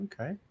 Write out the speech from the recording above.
Okay